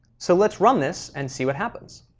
so let's run this and see what happens.